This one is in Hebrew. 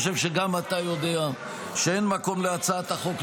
אני חושב שגם אתה יודע שאין מקום להצעת החוק,